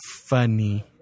Funny